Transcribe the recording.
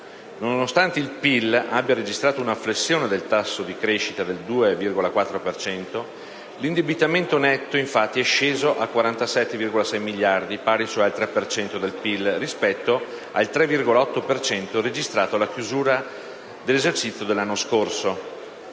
Nonostante il PIL abbia registrato una flessione del tasso di crescita del 2,4 per cento, l'indebitamento netto è sceso a 47,6 miliardi, pari cioè al 3 per cento del PIL, rispetto al 3,8 per cento registrato alla chiusura dell'esercizio dell'anno scorso,